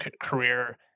career